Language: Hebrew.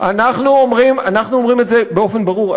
אנחנו אומרים את זה באופן ברור,